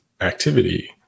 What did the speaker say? activity